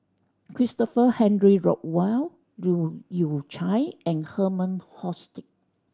Christopher Henry Rothwell Leu Yew Chye and Herman Hochstadt